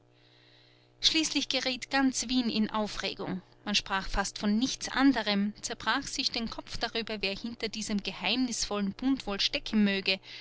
schließlich geriet ganz wien in aufregung man sprach fast von nichts anderem zerbrach sich den kopf darüber wer hinter diesem geheimnisvollen bund wohl stecken möge